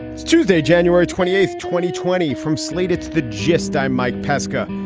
it's tuesday, january twenty eight, twenty twenty from slate, it's the gist. i'm mike pesca.